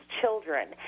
children